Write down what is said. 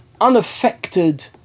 unaffected